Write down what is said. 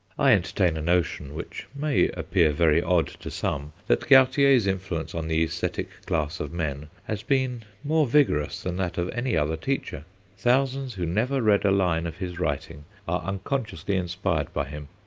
i entertain a notion, which may appear very odd to some, that gautier's influence on the aesthetic class of men has been more vigorous than that of any other teacher thousands who never read a line of his writing are unconsciously inspired by him.